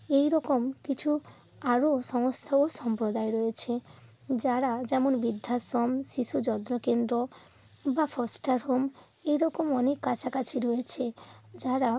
এই রকম কিছু আরও সমস্যা ও সম্প্রদায় রয়েছে যারা যেমন বৃদ্ধাশ্রম শিশু যত্ন কেন্দ্র বা ফস্টার হোম এই রকম অনেক কাছাকাছি রয়েছে যারা